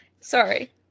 Sorry